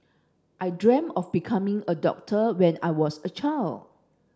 I dreamt of becoming a doctor when I was a child